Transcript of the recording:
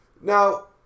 Now